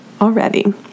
already